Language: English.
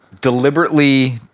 deliberately